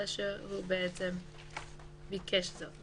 אלא שהוא ביקש זאת.